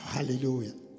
Hallelujah